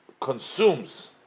consumes